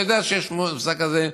אתה יודע שיש מושג כזה.